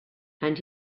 and